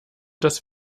das